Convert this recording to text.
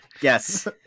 Yes